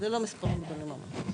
זה לא מספרים גדולים.